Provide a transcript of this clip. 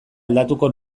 aldatuko